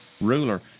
ruler